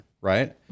right